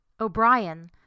O'Brien